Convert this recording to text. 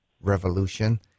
Revolution